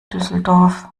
düsseldorf